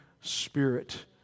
Spirit